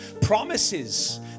promises